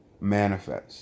manifest